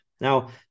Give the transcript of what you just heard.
Now